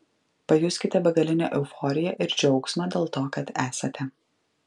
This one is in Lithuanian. pajuskite begalinę euforiją ir džiaugsmą dėl to kad esate